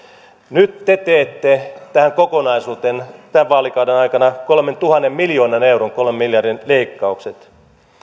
nyt te teette tähän kokonaisuuteen tämän vaalikauden aikana kolmentuhannen miljoonan euron kolmen miljardin leikkaukset